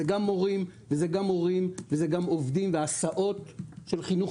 זה גם מורים וזה גם הורים וזה גם עובדים והסעות של חינוך